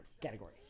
category